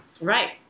Right